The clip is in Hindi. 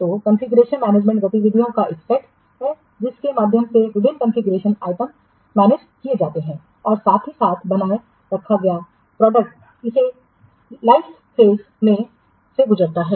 तो कॉन्फ़िगरेशनमैनेजमेंट गतिविधियों का एक सेट है जिसके माध्यम से विभिन्न कॉन्फ़िगरेशन आइटम प्रबंधित किए जाते हैं और साथ ही साथ बनाए रखा गया उत्पाद इसे जीवन चक्र फेस से गुजरता है